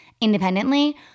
independently